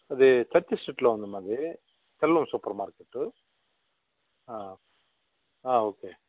అది చర్చి స్ట్రీట్లో ఉంది మాది సెల్వం సూపర్ మార్కెటు ఓకే